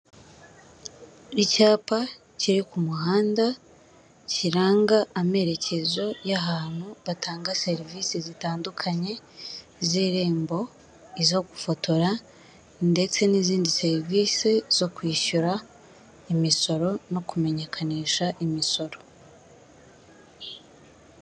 Ku mupira wa kizimyamoto wifashishwa mu gihe habaye inkongi y'umuriro, uba uri ahantu runaka hahurira abantu benshi nko mu masoko, mu mavuriro ndetse no mu ma sitade, uyu mupira wifashishwa ubusukira amazi bitewe n'ahantu inkongi y'umuriro iri.